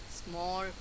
small